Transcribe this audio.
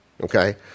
Okay